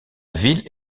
ville